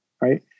right